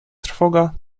trwoga